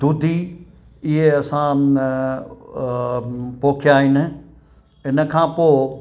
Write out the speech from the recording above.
दुधी इहे असां पोखिया आहिनि इन खां पोइ